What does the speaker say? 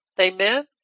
Amen